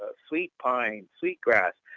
ah sweet pine, sweet grass.